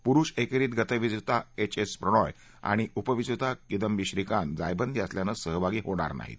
पुरुष एकेरीत गजविजेता एच एस प्रणोय आणि उपविजेता किदंबी श्रीकांत जायबंदी असल्यानं सहभागी होणार नाहीत